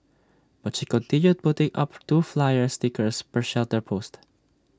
but she continued putting up two flyer stickers per shelter post